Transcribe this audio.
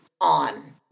on